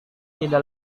tidak